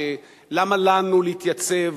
של "למה לנו להתייצב